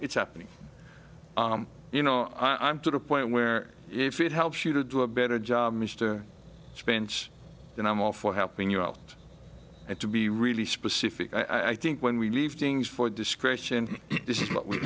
it's happening you know i'm to the point where if it helps you to do a better job mr spence and i'm all for helping you out and to be really specific i think when we leave things for discretion this is what we